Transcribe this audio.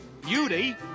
Beauty